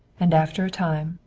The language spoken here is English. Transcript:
and after a time,